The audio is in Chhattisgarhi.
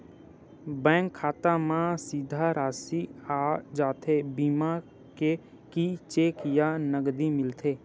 बैंक खाता मा सीधा राशि आ जाथे बीमा के कि चेक या नकदी मिलथे?